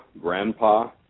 grandpa